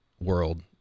world